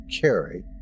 carry